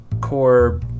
core